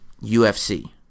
UFC